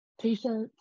T-shirts